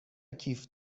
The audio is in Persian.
کیف